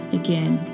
again